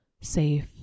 safe